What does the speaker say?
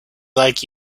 like